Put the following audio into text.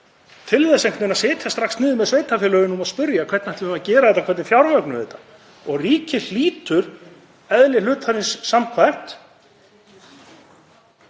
til þess að setjast strax niður með sveitarfélögunum og spyrja: Hvernig ætlum við að gera þetta, hvernig fjármögnum við þetta? Ríkið hlýtur, eðli hlutarins samkvæmt,